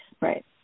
right